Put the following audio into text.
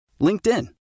LinkedIn